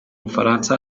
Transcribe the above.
bufaransa